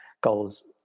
goals